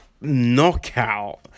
knockout